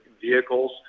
vehicles